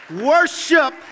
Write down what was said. Worship